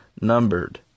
numbered